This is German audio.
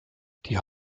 die